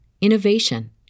innovation